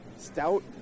Stout